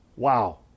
Wow